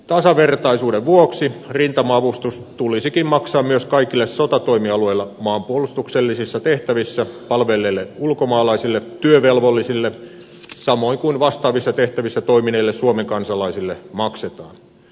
tasavertaisuuden vuoksi rintama avustus tulisikin maksaa myös kaikille sotatoimialueella maanpuolustuksellisissa tehtävissä palvelleille ulkomaalaisille työvelvollisille samoin kuin vastaavissa tehtävissä toimineille suomen kansalaisille maksetaan